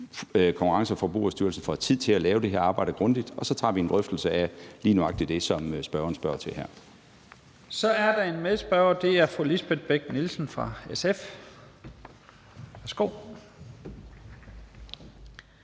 Konkurrence- og Forbrugerstyrelsen får tid til at lave det her arbejde grundigt, og så tager vi en drøftelse af lige nøjagtig det, som spørgeren spørger til her. Kl. 13:47 Første næstformand (Leif Lahn Jensen): Så er der en medspørger. Det er fru Lisbeth Bech-Nielsen fra SF. Værsgo.